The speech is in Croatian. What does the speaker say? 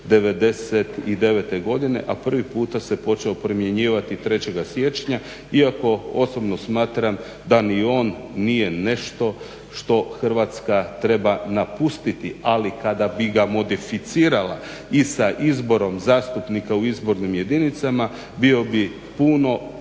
'99.godine, a prvi puta se počeo primjenjivati 3.siječnja. iako osobno smatram da ni on nije nešto što Hrvatska treba napustiti. Ali kada bi ga modificirala i sa izborom zastupnika u izbornim jedinicama bio bi puno,